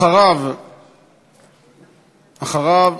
אחריו,